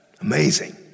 amazing